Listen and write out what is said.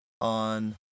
on